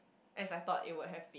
as I thought it will have